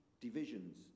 divisions